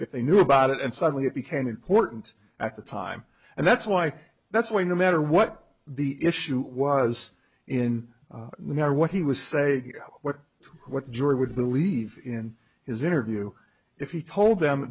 if they knew about it and suddenly it became important at the time and that's why that's why no matter what the issue was in the matter what he was say what the jury would believe in his interview if he told them